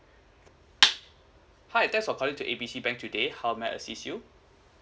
hi thanks for calling A B C bank today how may I assist you